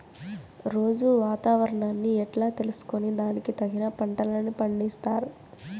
రోజూ వాతావరణాన్ని ఎట్లా తెలుసుకొని దానికి తగిన పంటలని పండిస్తారు?